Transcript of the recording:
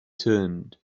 turned